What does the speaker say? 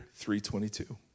322